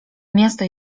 miasto